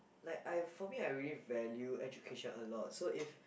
like I for me I really value education a lot so if